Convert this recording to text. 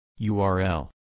URL